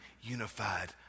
unified